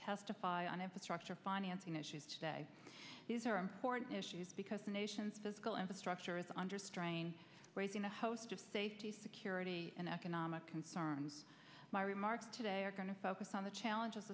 testify on infrastructure financing issues today these are important issues because the nation's physical infrastructure is under strain raising a host just safety security and economic concerns my remarks today are going to focus on the challenges